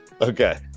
Okay